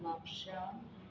म्हापशा